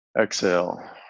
Exhale